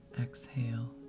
exhale